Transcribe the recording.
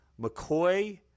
McCoy